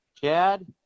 Chad